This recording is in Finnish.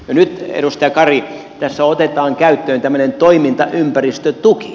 nyt edustaja kari tässä otetaan käyttöön tämmöinen toimintaympäristötuki